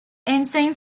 ensuing